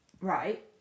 Right